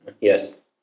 yes